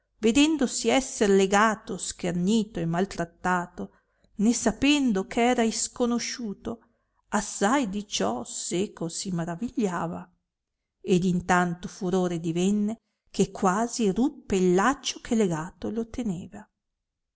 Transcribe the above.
vedendosi esser legato schernito e maltrattato né sapendo che era isconosciuto assai di ciò seco si maravigliava ed in tanto furore divenne che quasi ruppe il laccio che legato lo teneva